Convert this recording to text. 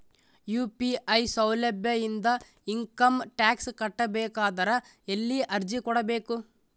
UPI ಸೌಲಭ್ಯ ಇಂದ income tax ಕಟ್ಟಬೇಕಾದರ ಎಲ್ಲಿ ಅರ್ಜಿ ಕೊಡಬೇಕು?